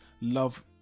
love